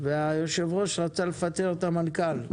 היושב-ראש רצה לפטר את המנכ"ל.